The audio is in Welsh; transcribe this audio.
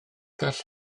gall